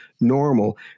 normal